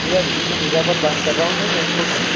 भैया विष्णु प्रजापत बात कर रहा हूँ मैं महकपुर से